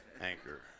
anchor